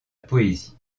poésie